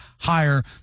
higher